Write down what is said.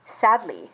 Sadly